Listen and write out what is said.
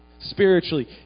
spiritually